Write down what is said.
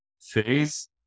phase